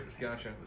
gotcha